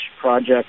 project